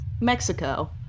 Mexico